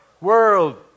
world